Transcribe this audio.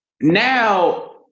now